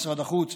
משרד החוץ,